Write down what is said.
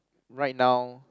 right now